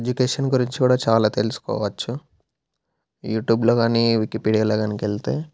education గురించి కూడా చాలా తెలుసుకోవచ్చు యూట్యూబ్లో కానీ వికీపీడియాలో కానీ వెళ్తే